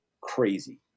crazy